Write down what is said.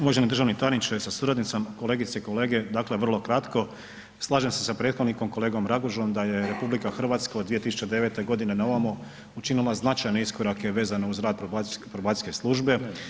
Uvaženi državni tajniče sa suradnicom, kolegice i kolege, dakle vrlo kratko, slažem se sa prethodnikom kolegom Ragužom da je RH od 2009. godine naovamo učinila značajne iskorake vezane uz rad probacijske službe.